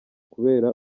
kubera